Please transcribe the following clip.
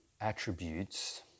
attributes